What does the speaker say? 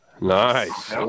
Nice